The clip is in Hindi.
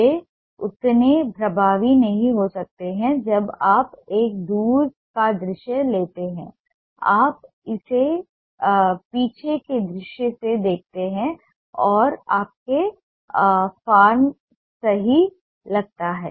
वे उतने प्रभावी नहीं हो सकते हैं जब आप एक दूर का दृश्य लेते हैं आप इसे पीछे के दृश्य से देखते हैं और आपको फ़ॉर्म सही लगता है